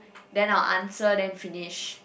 then I'll answer then finish